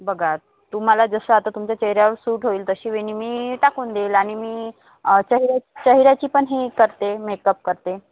बघा तुम्हाला जसं आता तुमच्या चेहऱ्यावर सूट होईल तशी वेणी मी टाकून देईल आणि मी चेहऱ्या चेहऱ्याची पण हे करते मेकअप करते